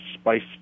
spiced